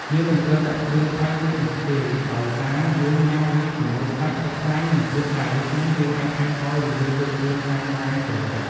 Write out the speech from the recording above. យើងមិនត្រូវដាក់គ្រឿងប្រៃពេកនោះទេ ដោយសារយើងញុាំវាជាមួយសាច់ ទឹកខ្លាញ់ និងជ្រក់ដែរ ដូច្នេះយើងអាចថែមថយឬលៃលកគ្រឿងតាមការចូលចិត្ត។